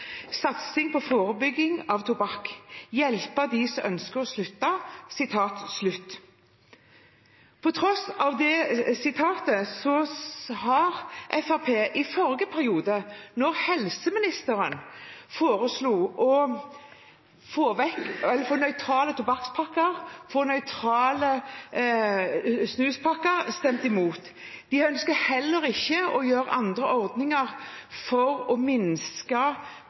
satsing på forebygging av tobakksbruk og hjelpe dem som ønsker å slutte. På tross av dette har Fremskrittspartiet i forrige periode, da helseministeren foreslo nøytrale tobakkspakker og nøytrale snuspakker, stemt imot. De ønsker heller ikke andre ordninger for å minske